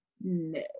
No